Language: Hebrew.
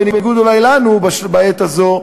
בניגוד אולי לנו בעת הזאת,